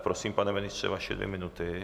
Prosím, pane ministře, vaše dvě minuty.